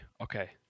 okay